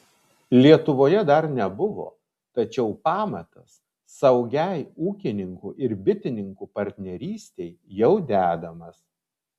lietuvoje dar nebuvo tačiau pamatas saugiai ūkininkų ir bitininkų partnerystei jau dedamas